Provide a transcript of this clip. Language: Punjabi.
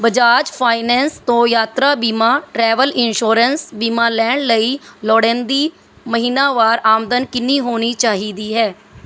ਬਜਾਜ ਫਾਈਨੈਂਸ ਤੋਂ ਯਾਤਰਾ ਬੀਮਾ ਟ੍ਰੈਵਲ ਇੰਸ਼ੋਰੈਂਸ ਬੀਮਾ ਲੈਣ ਲਈ ਲੋੜੀਂਦੀ ਮਹੀਨਾਵਾਰ ਆਮਦਨ ਕਿੰਨੀ ਹੋਣੀ ਚਾਹੀਦੀ ਹੈ